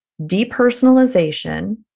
Depersonalization